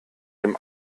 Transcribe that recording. dem